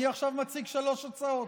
אני עכשיו מציג שלוש הצעות.